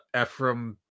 Ephraim